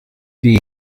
wie